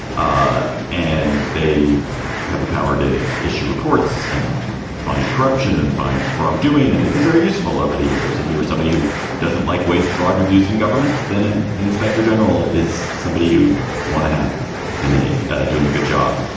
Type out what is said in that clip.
ah and they have the power to issue reports and find corruption and find wrongdoing. and they've been very useful over the years. if you were somebody who doesn't like waste, fraud and abuse in government, then an inspector general is somebody you want to have in a doing a good job.